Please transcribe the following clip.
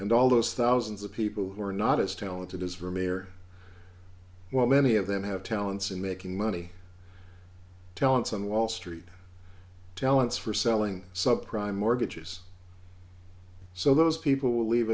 and all those thousands of people who are not as talented as vermeer while many of them have talents in making money talents on wall street talents for selling sub prime mortgages so those people will leave